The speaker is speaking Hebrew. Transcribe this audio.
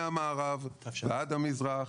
מהמערב ועד המזרח,